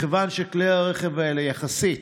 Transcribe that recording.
מכיוון שכלי הרכב האלה יחסית